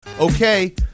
Okay